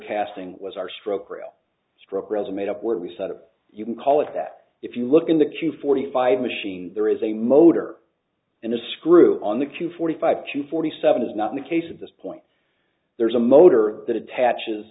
casting was our stroke real stroke resume top where we set up you can call it that if you look in the queue forty five machine there is a motor and a screw on the q forty five to forty seven is not the case at this point there's a motor that attaches